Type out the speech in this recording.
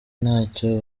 ntacyo